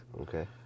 Okay